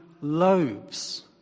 loaves